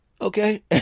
Okay